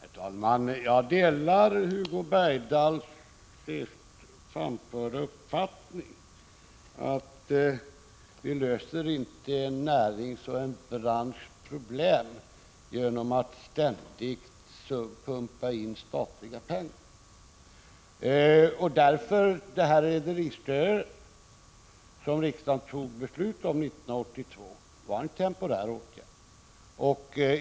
Herr talman! Jag delar Hugo Bergdahls framförda uppfattning, att vi inte löser en närings eller en branschs problem genom att ständigt pumpa in statliga pengar i den. Därför var det rederistöd som riksdagen fattade beslut om 1982 en temporär åtgärd.